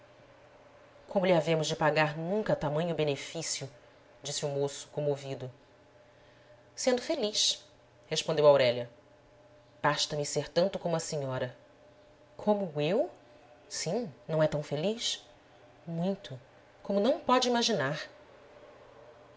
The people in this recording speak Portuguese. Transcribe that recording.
marido como lhe havemos de pagar nunca tamanho benefício disse o moço comovido sendo feliz respondeu aurélia basta-me ser tanto como a senhora como eu sim não é tão feliz muito como não pode imaginar